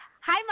Hi